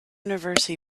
universe